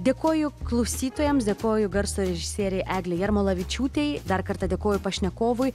dėkoju klausytojams dėkoju garso režisierei eglė jarmolavičiūtei dar kartą dėkoju pašnekovui